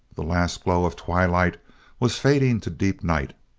the last glow of twilight was fading to deep night.